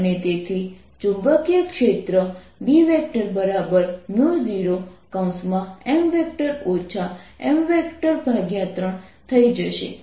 તેથી પહેલા હું ગોસિયન સરફેસ બનાવીશ જે સિલિન્ડર છે કારણ કે અહીં સિમ્મેટ્રી છે